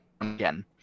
again